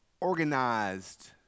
organized